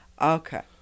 Okay